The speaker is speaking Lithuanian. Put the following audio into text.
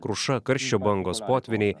kruša karščio bangos potvyniai